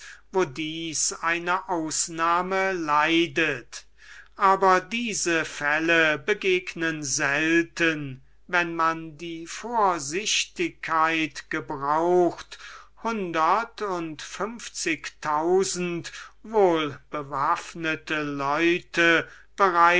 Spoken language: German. wo dieses eine ausnahme leidet aber diese fälle begegnen selten wenn man die vorsichtigkeit gebraucht hundert und fünfzigtausend wohlbewaffnete leute